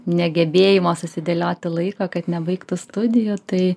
negebėjimo susidėlioti laiką kad nebaigtų studijų tai